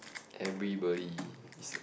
everybody